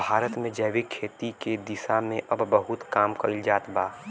भारत में जैविक खेती के दिशा में अब बहुत काम कईल जात बा